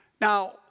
Now